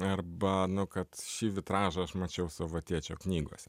arba nu kad šį vitražą aš mačiau savo tėčio knygose